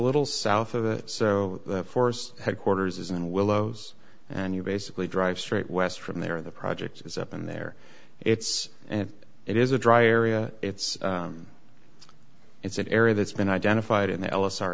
little south of it so the force headquarters is in willows and you basically drive straight west from there the project is up and there it's it is a dry area it's it's an area that's been identified in the l s